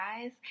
guys